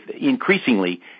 increasingly